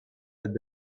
had